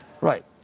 Right